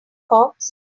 cops